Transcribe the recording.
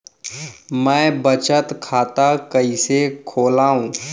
मै बचत खाता कईसे खोलव?